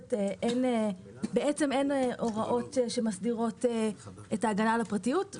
שבתוספת אין הוראות שמסדירות את ההגנה על הפרטיות.